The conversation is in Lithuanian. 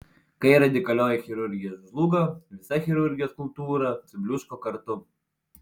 kai radikalioji chirurgija žlugo visa chirurgijos kultūra subliūško kartu